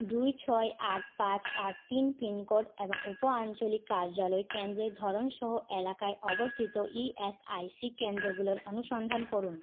দুই ছয় আট পাঁচ আট তিন পিন কোড এবং উপ আঞ্চলিক কার্যালয় কেন্দ্রের ধরন সহ এলাকায় অবস্থিত ই এস আই সি কেন্দ্রগুলোর অনুসন্ধান করুন